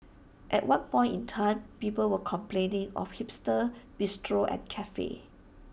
at one point in time people were complaining of hipster bistros and cafes